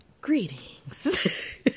Greetings